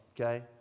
Okay